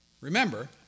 Remember